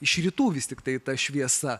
iš rytų vis tiktai ta šviesa